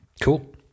Cool